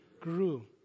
grew